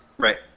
Right